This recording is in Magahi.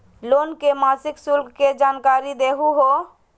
लोन के मासिक शुल्क के जानकारी दहु हो?